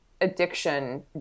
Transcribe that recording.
addiction